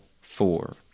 Four